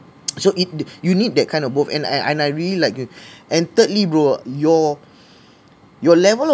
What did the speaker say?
so it you need that kind of both and I and I really like you and thirdly bro your your level